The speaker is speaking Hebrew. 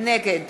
נגד